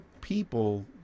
people